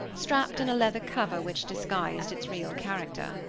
strapped in a leather cover which disguised its real character.